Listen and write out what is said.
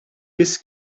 this